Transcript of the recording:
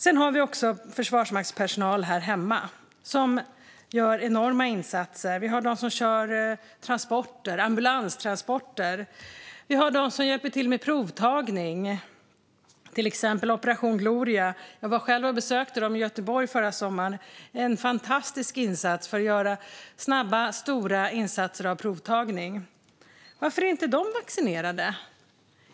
Vi har även försvarsmaktspersonal här hemma som gör enorma insatser. De kör ambulanstransporter och hjälper till med provtagning, till exempel Operation Gloria. Jag var själv och besökte dem i Göteborg förra sommaren. Det var en fantastisk insats för att göra snabba, stora insatser när det gäller provtagning. Varför är inte de vaccinerade?